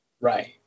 right